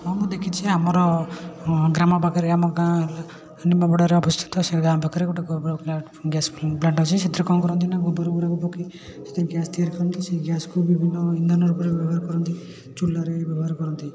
ହଁ ମୁଁ ଦେଖିଛି ଆମର ଗ୍ରାମ ପାଖରେ ଆମ ଗାଁ ନିମାପଡ଼ାରେ ଅବସ୍ଥିତ ସେଇ ଗାଁ ପାଖରେ ଗୋଟେ ଗୋବର ଗ୍ୟାସ୍ ପ୍ଲାଣ୍ଟ ଅଛି ସେଥିରେ କ'ଣ କରନ୍ତି ନା ଗୋବର ଗୁଡ଼ାକୁ ପକେଇକି ସେଥିରେ ଗ୍ୟାସ୍ ତିଆରି କରନ୍ତି ସେଇ ଗ୍ୟାସ୍କୁ ବିଭିନ୍ନ ଇନ୍ଧନ ରୂପରେ ବ୍ୟବହାର କରନ୍ତି ଚୁଲାରେ ବି ବ୍ୟବହାର କରନ୍ତି